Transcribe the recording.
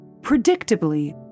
Predictably